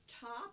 top